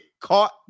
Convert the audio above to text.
Caught